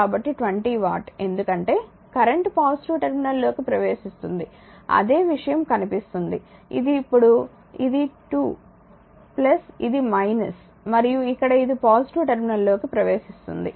కాబట్టి 20 వాట్ ఎందుకంటే current positive terminal లోకి ప్రవేశిస్తుంది అదే విషయం కనిపిస్తుంది ఇది ఇప్పుడు ఇది 2 ఇది మరియు ఇక్కడ ఇది పాజిటివ్ టెర్మినల్ లోకి ప్రవేశిస్తుంది